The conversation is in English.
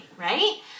right